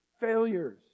failures